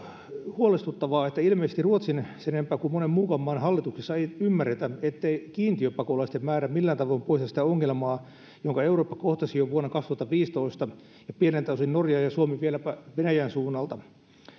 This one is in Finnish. huolestuttavaa että ilmeisesti ruotsin sen enempää kuin monen muunkaan maan hallituksessa ei ymmärretä ettei kiintiöpakolaisten määrä millään tavoin poista sitä ongelmaa jonka eurooppa kohtasi jo vuonna kaksituhattaviisitoista ja pieneltä osin norja ja suomi vieläpä venäjän suunnalta